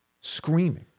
Screaming